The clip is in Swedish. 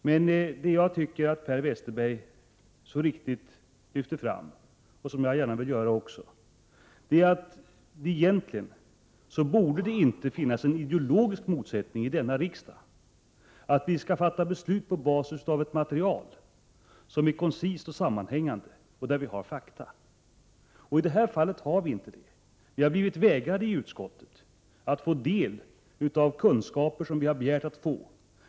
Men Per Westerberg lyfte så riktigt fram vad också jag gärna vill peka på, nämligen att det inte borde finnas ideologiska motsättningar i riksdagen om att vi bör fatta beslut på basis av ett koncist och sammanhängande material där vi har tillgång till fakta. I detta fall har vi inte det. Vi har blivit vägrade att få del av de kunskaper som vi har begärt.